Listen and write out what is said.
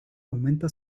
aumenta